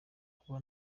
kuba